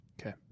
Okay